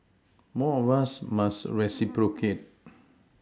more of us must reciprocate